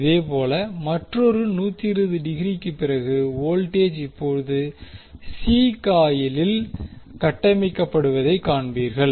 இதேபோல் மற்றொரு 120 டிகிரிக்குப் பிறகு வோல்டேஜ் இப்போது சி காயிலில் கட்டமைக்கப்படுவதைக் காண்பீர்கள்